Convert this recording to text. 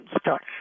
start